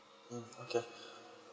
mm okay